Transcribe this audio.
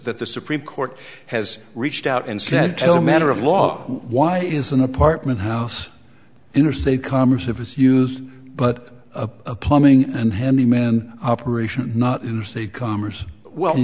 that the supreme court has reached out and said tell manner of law why is an apartment house interstate commerce if it's used but a plumbing and handyman operation not use the commerce well